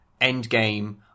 Endgame